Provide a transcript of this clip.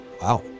Wow